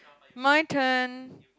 my turn